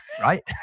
right